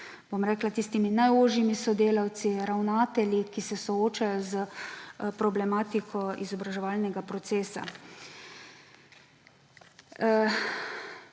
s tistimi vašimi najožjimi sodelavci, ravnatelji, ki se soočajo z problematiko izobraževalnega procesa.